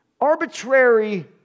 Arbitrary